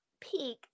peak